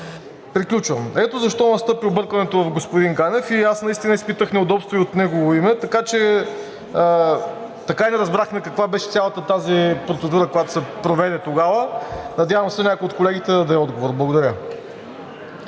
Приключвам. Ето защо настъпи объркването у господин Ганев и аз наистина изпитах неудобство от негово име – така и не разбрахме каква беше цялата тази процедура, която се проведе тогава. Надявам се, някой от колегите да даде отговор. Благодаря.